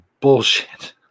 bullshit